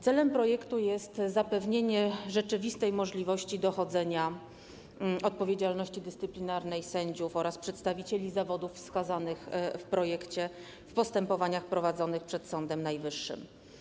Celem projektu jest zapewnienie rzeczywistej możliwości dochodzenia odpowiedzialności dyscyplinarnej sędziów oraz przedstawicieli zawodów wskazanych w projekcie w postępowaniach prowadzonych przed Sądem Najwyższym.